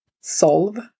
solve